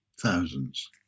Thousands